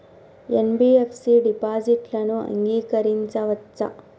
NBFC డిపాజిట్లను అంగీకరించవచ్చా?